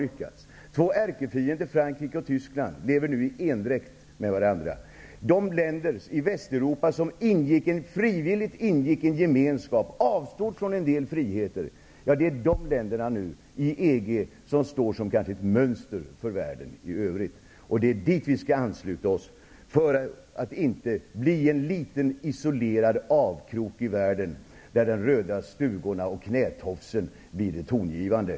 Två ärkefiender, Frankrike och Tyskland, lever nu i endräkt. De länder i Västeuropa som frivilligt ingick en gemenskap avstod från en del friheter. Dessa länder inom EG står som ett mönster för världen i övrigt. Det är dit vi skall ansluta oss för att inte bli en liten isolerad avkrok i världen där de röda stugorna och knätofsen blir tongivande.